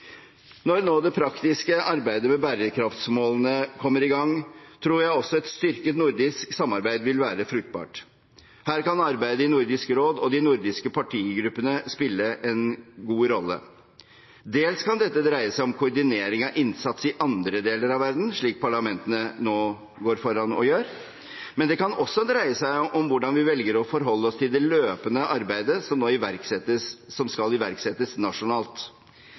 Når det praktiske arbeidet med bærekraftsmålene nå kommer i gang, tror jeg også et styrket nordisk samarbeid vil være fruktbart. Her kan arbeidet i Nordisk råd og de nordiske partigruppene spille en god rolle. Dels kan dette dreie seg om koordinering av innsats i andre deler av verden, slik parlamentene nå går foran og gjør, men det kan også dreie seg om hvordan vi velger å forholde oss til det løpende arbeidet som skal iverksettes nasjonalt. I arbeidet med bærekraftsmålene er det mye som